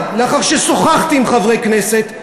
לאחר ששוחחתי עם חברי כנסת,